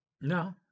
No